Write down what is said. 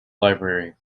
library